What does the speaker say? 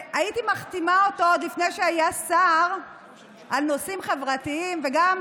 שהייתי מחתימה אותו עוד לפני שהיה שר על נושאים חברתיים וגם